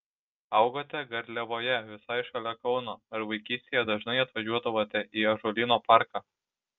augote garliavoje visai šalia kauno ar vaikystėje dažnai atvažiuodavote į ąžuolyno parką